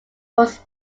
was